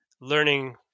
learning